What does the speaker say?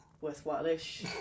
worthwhile-ish